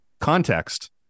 Context